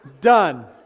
done